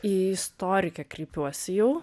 į istorikę kreipiuosi jau